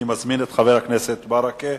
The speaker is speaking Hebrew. אני מזמין את חבר הכנסת מוחמד ברכה,